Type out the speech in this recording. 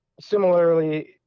similarly